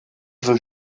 veut